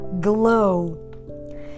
glow